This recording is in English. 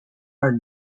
are